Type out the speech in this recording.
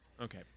Okay